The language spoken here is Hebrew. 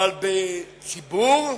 אבל בציבור?